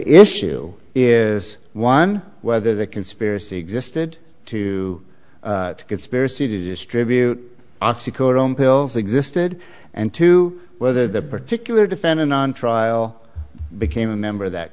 issue is one whether the conspiracy existed to conspiracy to distribute pills existed and to whether that particular defendant on trial became a member of that